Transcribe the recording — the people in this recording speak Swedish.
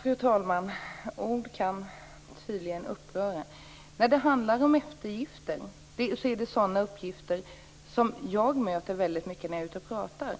Fru talman! Ord kan tydligen uppröra. När det handlar om eftergifter är det sådana uppgifter som jag möter väldigt mycket när jag är ute och talar.